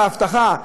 בהבטחה,